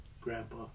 Grandpa